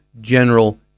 general